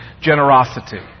generosity